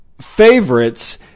favorites